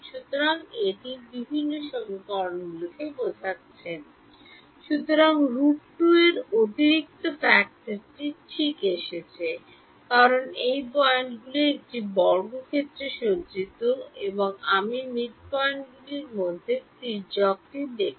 সুতরাং এটি বোঝাচ্ছে সুতরাং √2 এর অতিরিক্ত ফ্যাক্টরটি ঠিক এসেছে কারণ এই পয়েন্টগুলি একটি বর্গক্ষেত্রে সজ্জিত এবং আপনি মিডপয়েন্টগুলির মধ্যে তির্যকটি দেখছেন